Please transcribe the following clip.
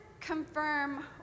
confirm